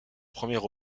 premier